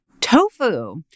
tofu